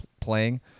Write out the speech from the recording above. playing